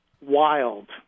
wild